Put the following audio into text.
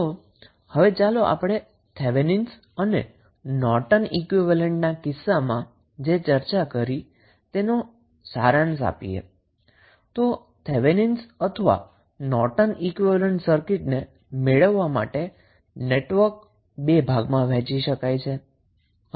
તો હવે ચાલો આપણે થેવેનિન્સ અને નોર્ટન ઈક્વીવેલેન્ટના કિસ્સામાં જે ચર્ચા કરી તેનો સારાંશ આપીએ તો થેવેનિન્સ અથવા નોર્ટન ઈક્વીવેલેન્ટ મેળવવા માટે સર્કિટને 2 નેટવર્ક માં વહેંચી શકાય છે